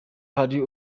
hari